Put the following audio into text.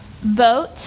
vote